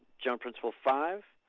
general principle five,